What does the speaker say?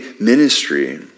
ministry